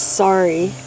sorry